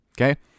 Okay